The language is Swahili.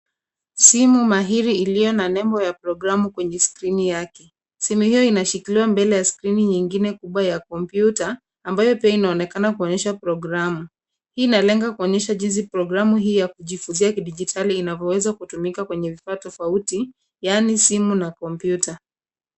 Simu mahiri iliyo na nembo ya programu kwenye skrini yake. Simu hiyo ina shikiliwa mbele ya skrini nyingine kubwa ya kompyuta ambayo pia inaonekana kuonyesha programu. Hii ina lenga kuonyesha jinsi programu hii ya kujifunzia kidijitali vinavyoweza kutumika kwenye vifaa tofauti yaani simu na kompyuta.